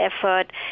effort